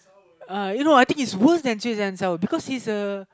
uh you know I think it's worth until because is a